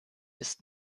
ist